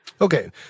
Okay